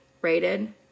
rated